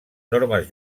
normes